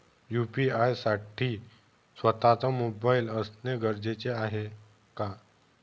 UPI साठी स्वत:चा mobile असणे गरजेचे आहे का?